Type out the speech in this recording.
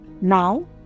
Now